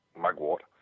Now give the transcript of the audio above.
mugwort